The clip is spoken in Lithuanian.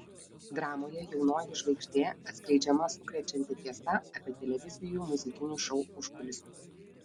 dramoje jaunoji žvaigždė atskleidžiama sukrečianti tiesa apie televizijų muzikinių šou užkulisius